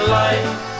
life